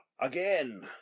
Again